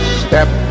step